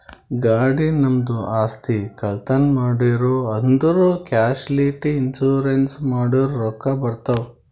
ಗಾಡಿ, ನಮ್ದು ಆಸ್ತಿ, ಕಳ್ತನ್ ಮಾಡಿರೂ ಅಂದುರ್ ಕ್ಯಾಶುಲಿಟಿ ಇನ್ಸೂರೆನ್ಸ್ ಮಾಡುರ್ ರೊಕ್ಕಾ ಬರ್ತಾವ್